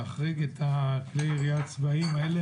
להחריג את כלי הירייה הצבאיים האלה